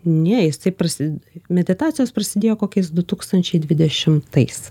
ne jisai prasi meditacijos prasidėjo kokiais du tūkstančiai dvidešimtais